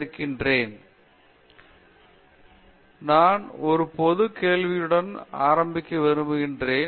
பேராசிரியர் பிரதாப் ஹரிடாஸ் நான் ஒரு பொது கேள்வியுடன் ஆரம்பிக்க விரும்புகிறேன்